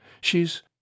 she's—